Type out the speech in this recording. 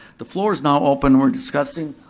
the floor is now open, we're discussing